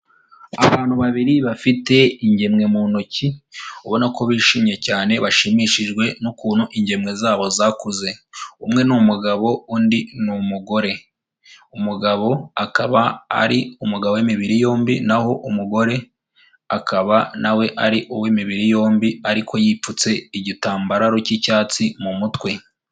Abantu babiri bafite ingemwe mu ntoki, ubona ko bishimye cyane bashimishijwe n'ukuntu ingemwe zabo zakuze, umwe ni umugabo, undi ni umugore, umugabo akaba ari umugabo w'imibiri yombi, naho umugore akaba na we ari uw'imibiri yombi ariko yipfutse igitambaro cy'icyatsi mu mutwe.